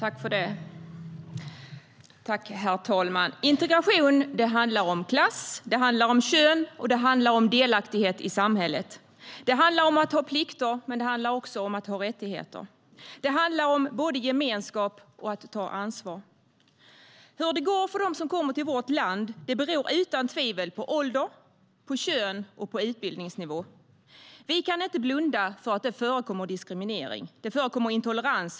Herr talman! Integration handlar om klass, kön och delaktighet i samhället. Det handlar om att ha plikter, men det handlar också om att ha rättigheter. Det handlar både om gemenskap och om att ta ansvar. Hur det går för dem som kommer till vårt land beror utan tvivel på ålder, kön och utbildningsnivå. Vi kan inte blunda för att det förekommer diskriminering och för att det förekommer intolerans.